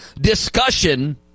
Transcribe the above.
discussion